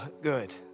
good